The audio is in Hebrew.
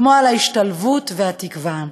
כמו על ההשתלבות והתקווה,